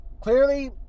clearly